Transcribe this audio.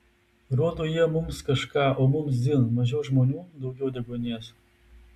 rodo jie mums kažką o mums dzin mažiau žmonių daugiau deguonies